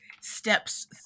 steps